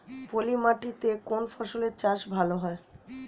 পলি মাটিতে কোন ফসলের চাষ ভালো হয়?